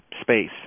space